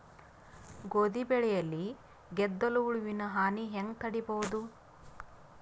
ಗೋಧಿ ಬೆಳೆಯಲ್ಲಿ ಗೆದ್ದಲು ಹುಳುವಿನ ಹಾನಿ ಹೆಂಗ ತಡೆಬಹುದು?